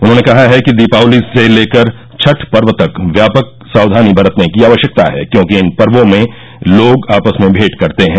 उन्होंने कहा है कि दीपावली से लेकर छठ पर्व तक व्यापक सावधानी बरतने की आवश्यकता है क्योंकि इन पर्वो में लोग आपस में भेंट करते हैं